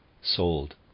sold